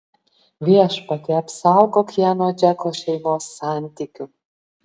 viešpatie apsaugok ją nuo džeko šeimos santykių